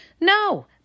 No